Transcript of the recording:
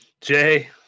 Jay